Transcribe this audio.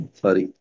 sorry